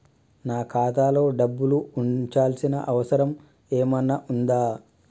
నాకు ఖాతాలో డబ్బులు ఉంచాల్సిన అవసరం ఏమన్నా ఉందా?